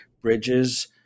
bridges